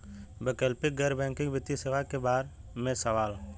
वैकल्पिक गैर बैकिंग वित्तीय सेवा के बार में सवाल?